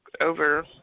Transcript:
over